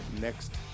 next